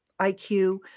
IQ